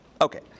Okay